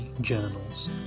Journals